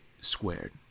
squared